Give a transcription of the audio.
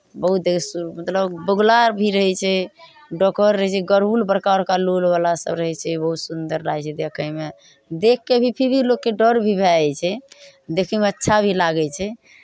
बहुत देख सु मतलब बगुला आर भी रहै छै डोकहर रहै छै गरुड़ बड़का बड़का लोलवला सभ रहै छै बहुत सुन्दर लागै छै देखयमे देखि कऽ भी फिर भी लोककेँ डर भी भए जाइ छै देखयमे अच्छा भी लागै छै